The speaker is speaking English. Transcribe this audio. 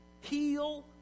Heal